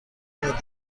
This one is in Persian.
نوع